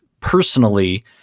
personally